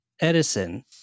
Edison